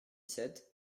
sept